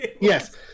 Yes